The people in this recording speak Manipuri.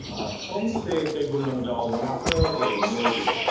ꯁꯣꯝꯒꯤꯁꯦ ꯀꯩꯕꯨꯜ ꯂꯝꯖꯥꯎ ꯃꯅꯥꯛꯇ ꯂꯩꯕ ꯃꯤ ꯑꯣꯏꯕꯤꯔꯕꯣ